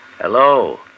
Hello